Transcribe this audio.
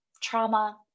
trauma